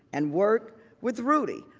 and work with rudy.